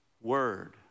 Word